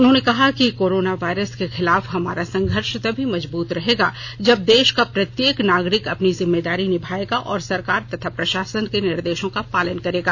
उन्होंने कहा कि कोरोना वायरस के खिलाफ हमारा संघर्ष तभी मजबूत रहेगा जब देश का प्रत्येक नागरिक अपनी जिम्मेदारी निभायेगा और सरकार तथा प्रशासन के निर्देशों का पालन करेगा